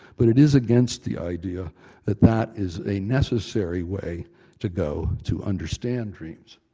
but it is against the idea that that is a necessary way to go to understand dreams.